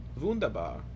Wunderbar